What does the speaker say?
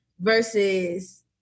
versus